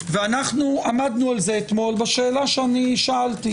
ואנחנו עמדנו על זה אתמול, בשאלה ששאלתי.